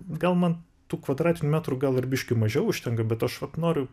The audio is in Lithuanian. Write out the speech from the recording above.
gal man tų kvadratinių metrų gal ir biškį mažiau užtenka bet aš vat noriu